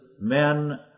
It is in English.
men